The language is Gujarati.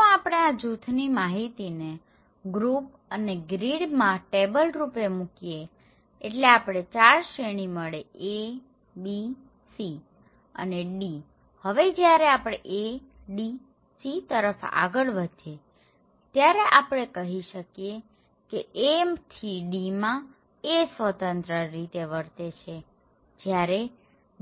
જો આપણે આ જૂથની માહિતીને ગ્રુપ અને ગ્રીડ માં ટેબલ રૂપે મૂકીએ એટલે આપણને ચાર શ્રેણી મળે ABC અને Dહવે જયારે આપણે A D C તરફ આગળ વધી ત્યારે આપણે કહી શકીએ કે A થી D માં A સ્વતંત્ર રીતે વર્તે છે જ્યારે